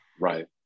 right